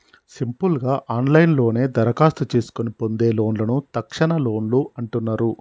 simple గా ఆన్లైన్లోనే దరఖాస్తు చేసుకొని పొందే లోన్లను తక్షణలోన్లు అంటున్నరు